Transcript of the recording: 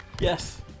Yes